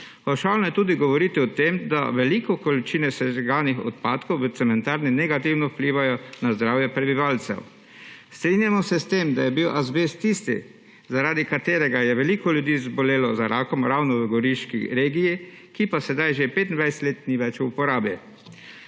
Pavšalno je tudi govoriti o tem, da veliko količine sežigalnih odpadkov v cementarni negativno vplivajo na zdravje prebivalcev. Strinjamo se s tem, da je bil azbest tisti, zaradi katerega je veliko ljudi zbolelo za rakom ravno v goriški regiji, ki pa sedaj že 25 let ni več v uporabi.